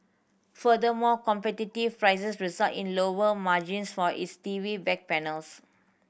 furthermore competitive prices resulted in lower margins for its T V back panels